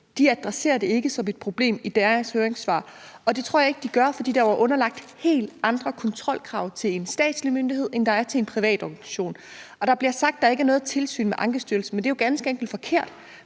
ikke adresserer det som et problem i deres høringssvar. Det tror jeg ikke de gør, fordi en statslig myndighed er underlagt helt andre kontrolkrav, end en privat organisation er. Der bliver sagt, at der ikke er noget tilsyn med Ankestyrelsen, men det er jo ganske enkelt forkert.